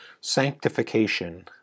sanctification